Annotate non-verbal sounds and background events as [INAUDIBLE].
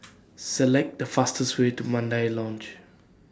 [NOISE] Select The fastest Way to Mandai Lodge